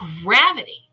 gravity